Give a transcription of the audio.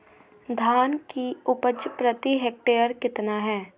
धान की उपज प्रति हेक्टेयर कितना है?